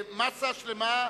מסה שלמה,